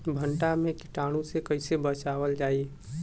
भनटा मे कीटाणु से कईसे बचावल जाई?